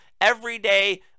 everyday